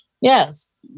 yes